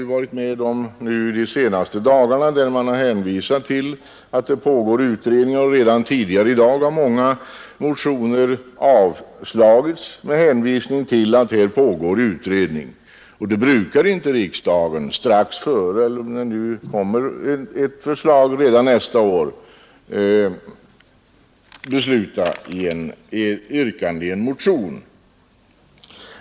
Vi har nu under de senaste dagarna varit med om att man har hänvisat till att det pågår utredningar, och redan tidigare i dag har många motioner avslagits med hänvisning till att utredning pågår. Om det väntas ett förslag inom kort brukar riksdagen inte bifalla ett yrkande i en motion.